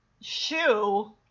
shoe